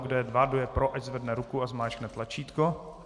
Kdo je pro, ať zvedne ruku a zmáčkne tlačítko.